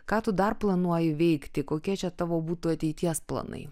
ką tu dar planuoji veikti kokie čia tavo būtų ateities planai